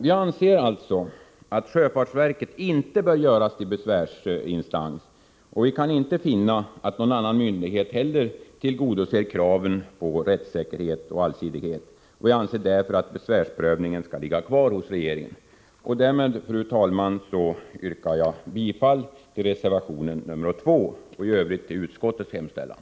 Vi anser alltså att sjöfartsverket inte bör göras till besvärsinstans, och vi kan inte heller finna att någon annan myndighet tillgodoser kraven på rättssäkerhet. Vi anser därför att besvärsprövningen skall ligga kvar hos regeringen. Fru talman! Med hänsyn härtill yrkar jag bifall till reservation nr 2 och i Övrigt till utskottets hemställan.